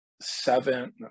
seven